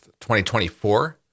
2024